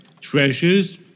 treasures